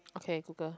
okay google